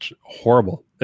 horrible